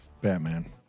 Batman